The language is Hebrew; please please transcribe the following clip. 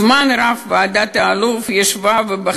זמן רב ישבה ועדת אלאלוף ובחנה,